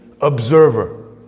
observer